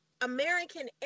American